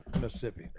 Mississippi